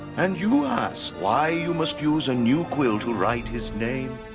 and you ask why you must use a new quill to write his name?